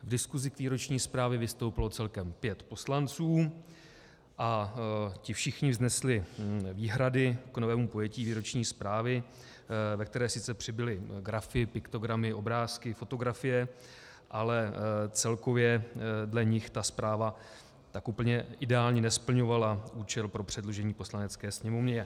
V diskusi k výroční zprávě vystoupilo celkem pět poslanců a ti všichni vznesli výhrady k novému pojetí výroční zprávy, ve které sice přibyly grafy, piktogramy, obrázky a fotografie, ale celkově dle nich ta zpráva tak úplně nesplňovala účel pro předložení Poslanecké sněmovně.